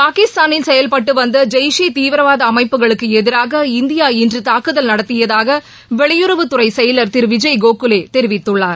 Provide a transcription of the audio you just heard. பாகிஸ்தானில் செயல்பட்டு வந்த ஜெய்ஷ் ஈ தீவிரவாத அமைப்புகளுக்கு எதிராக இந்தியா இன்று தாக்குதல் நடத்தியதாக வெளியுறவுத்துறை செயலர் திரு விஜய் கோகலே தெரிவித்குள்ளார்